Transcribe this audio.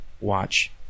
watch